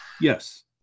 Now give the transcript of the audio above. yes